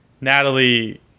Natalie